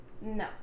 No